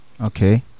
okay